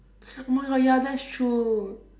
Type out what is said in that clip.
oh my god ya that's true